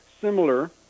similar